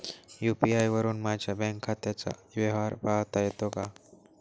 UPI वरुन माझ्या bank खात्याचा व्यवहार पाहता येतो का?